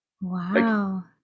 Wow